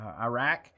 Iraq